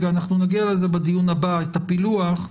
אנחנו נגיע לזה בדיון הבא את הפילוח,